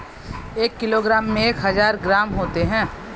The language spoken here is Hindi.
एक किलोग्राम में एक हजार ग्राम होते हैं